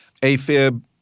AFib